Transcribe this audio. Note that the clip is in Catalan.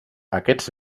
aquests